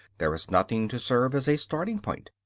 there is nothing to serve as a starting-point.